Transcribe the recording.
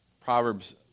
Proverbs